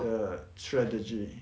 a strategy